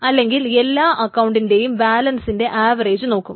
അല്ലെങ്കിൽ എല്ലാ അക്കൌണ്ടിന്റെയും ബാലൻസിന്റെ ആവറേജ് നോക്കും